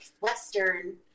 Western